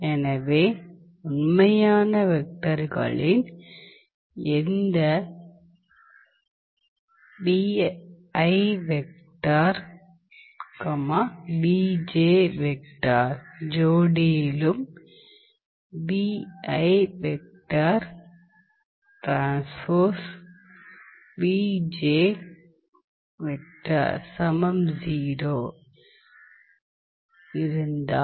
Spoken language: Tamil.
எனவே உண்மையான வெக்டர்களின் எந்த ஜோடியிலும் இருந்தால்